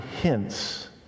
hints